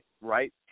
right